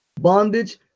Bondage